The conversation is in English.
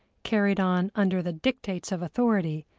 carried on under the dictates of authority,